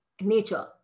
nature